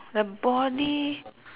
the body